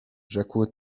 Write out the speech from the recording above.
rzekł